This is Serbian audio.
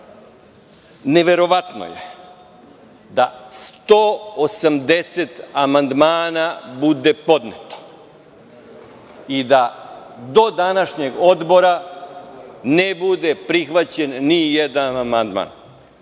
neverovatno je da 180 amandmana bude podneto i da do današnjeg odbora ne bude prihvaćen ni jedan amandman.